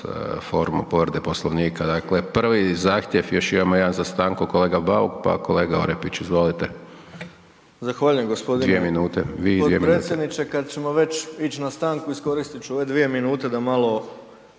formu povrede Poslovnika. Dakle, prvi zahtjev još imamo jedan za stanku, kolega Bauk, pa kolega Orepić. Izvolite. **Bauk, Arsen (SDP)** Zahvaljujem gospodine potpredsjedniče. Kada ćemo već ići na stanku iskoristit ću ove dvije minute da malo